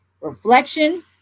reflection